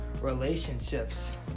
relationships